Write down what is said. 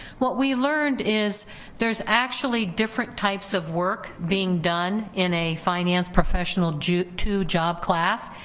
what we learned is there's actually different types of work being done in a finance professional, due to job class,